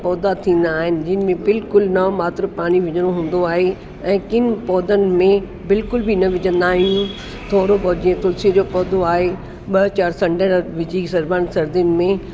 पौधा थींदा आहिनि जिन में बिलकुलु नाम मात्र पाणी विझिड़ो हूंदो आहे ऐं किन पौधनि में बिलकुलु बि न विझंदा आहियूं थोरो बहुत जीअं तुलसी जो पौधो आहे ॿ चारि छंडे विझी छॾिबा आहिनि सर्दियुनि में